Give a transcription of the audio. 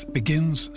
begins